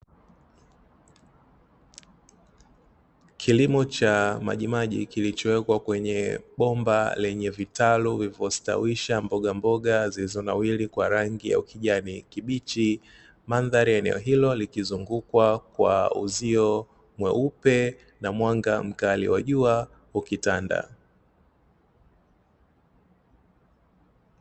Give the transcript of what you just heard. Kilimo cha majimaji kilichowekwa kwenye bomba lenye vitalu vilivyostawisha mbogamboga zilizonawiri kwa rangi ya ukijani kibichi, mandhari ya eneo hilo likizungukwa kwa uzio mweupe na mwanga mkali wa jua ukitanda.